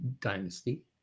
dynasty